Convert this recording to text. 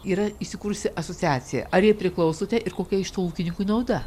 yra įsikūrusi asociacija ar jai priklausote ir kokia iš to ūkininkui nauda